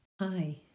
Hi